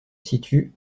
situe